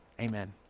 Amen